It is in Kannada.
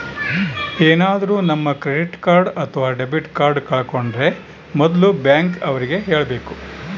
ಏನಾದ್ರೂ ನಮ್ ಕ್ರೆಡಿಟ್ ಕಾರ್ಡ್ ಅಥವಾ ಡೆಬಿಟ್ ಕಾರ್ಡ್ ಕಳ್ಕೊಂಡ್ರೆ ಮೊದ್ಲು ಬ್ಯಾಂಕ್ ಅವ್ರಿಗೆ ಹೇಳ್ಬೇಕು